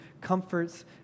comforts